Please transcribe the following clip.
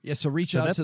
yeah so reach out to